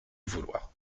vouloir